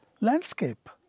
landscape